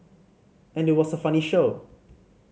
and it was a funny show